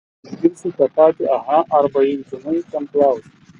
išgirsti tą patį aha arba juk žinai kam klausi